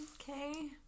okay